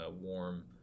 warm